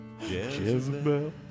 Jezebel